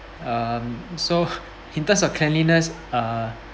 um so in terms of cleanliness uh